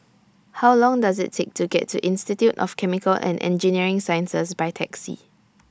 How Long Does IT Take to get to Institute of Chemical and Engineering Sciences By Taxi